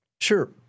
Sure